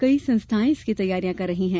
कई संस्थायें इसकी तैयारियां कर रही हैं